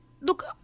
look